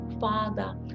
Father